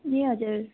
ए हजुर